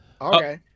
Okay